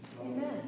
Amen